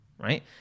right